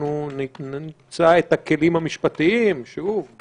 אנחנו נמצא את הכלים המשפטיים, שוב,